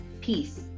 peace